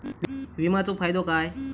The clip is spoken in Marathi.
विमाचो फायदो काय?